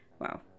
Wow